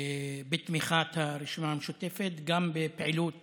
בתמיכת הרשימה המשותפת, גם בפעילות